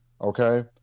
Okay